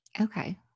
Okay